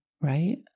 right